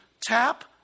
tap